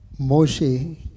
Moshe